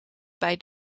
bij